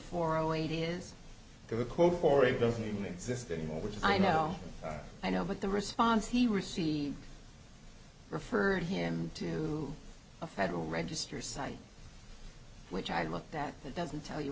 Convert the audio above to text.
is the record for it doesn't even exist anymore which i know i know but the response he received referred him to a federal register site which i looked at that doesn't tell you